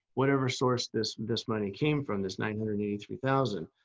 whatever source this this money came from this nine hundred and eighty three thousand.